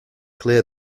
clear